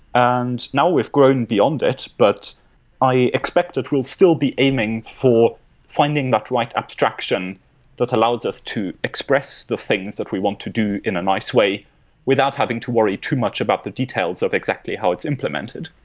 and now, we've grown beyond it, but i expect that we'll still be aiming for finding that right abstraction that allows us to express the things that we want to do in a nice way without having to worry too much about the details of exactly how it's implemented.